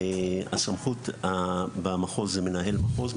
הסמכות במחוז זה מנהל מחוז.